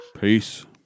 Peace